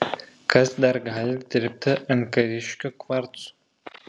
kas dar gali dirbti ant kariškių kvarcų